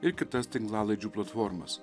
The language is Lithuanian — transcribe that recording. ir kitas tinklalaidžių platformas